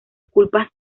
culpa